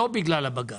לא בגלל הבג"ץ.